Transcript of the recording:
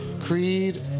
Creed